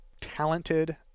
talented